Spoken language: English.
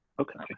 Okay